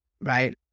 right